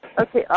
Okay